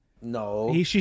No